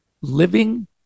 living